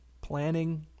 planning